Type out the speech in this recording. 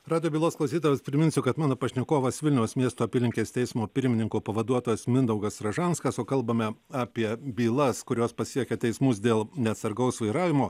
radijo bylos klausytojams priminsiu kad mano pašnekovas vilniaus miesto apylinkės teismo pirmininko pavaduotojas mindaugas ražanskas o kalbame apie bylas kurios pasiekė teismus dėl neatsargaus vairavimo